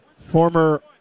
former